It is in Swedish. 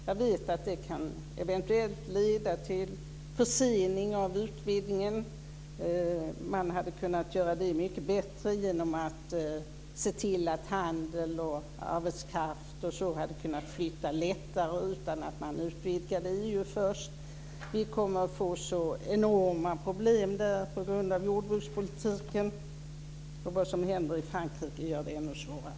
Jag vet att det kan leda till en försening av utvidgningen men man hade kunnat göra detta mycket bättre genom att se till att handel, arbetskraft och sådant lättare hade kunnat flytta, utan att först utvidga EU. Vi kommer att få enorma problem där på grund av jordbrukspolitiken. Vad som händer i Frankrike i dag gör det hela ännu svårare.